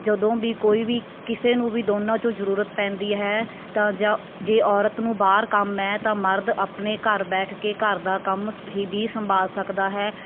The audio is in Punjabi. ਜਦੋਂ ਵੀ ਕੋਈ ਵੀ ਕਿਸੇ ਨੂੰ ਵੀ ਦੋਨਾਂ 'ਚੋਂ ਜ਼ਰੂਰਤ ਪੈਂਦੀ ਹੈ ਤਾਂ ਜਾਂ ਜੇ ਔਰਤ ਨੂੰ ਬਾਹਰ ਕੰਮ ਹੈ ਤਾਂ ਮਰਦ ਆਪਣੇ ਘਰ ਬੈਠ ਕੇ ਘਰ ਦਾ ਕੰਮ ਸ ਹੀ ਵੀ ਸੰਭਾਲ ਸਕਦਾ ਹੈ